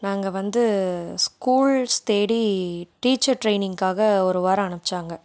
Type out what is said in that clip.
நாங்கள் வந்து ஸ்கூல்ஸ் தேடி டீச்சர் ட்ரெயினிங்காக ஒரு வாரம் அனுப்பிச்சாங்க